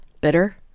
bitter